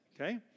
okay